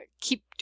keep